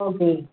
okay